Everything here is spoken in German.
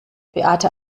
beate